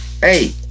Hey